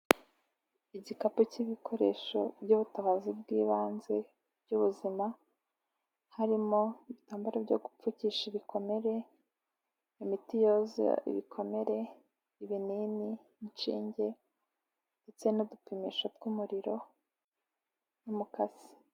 Igikapu cy'ibikoresho by'ubutabazi bw'ibanze by'ubuzima harimo ibitambaro byo gupfuki ibikomere, imiti yoza ibikomere, ibinini, inshinge, ndetse n'udupimisho tw'umuriro, umukasi.